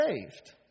saved